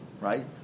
right